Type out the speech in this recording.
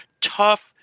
Tough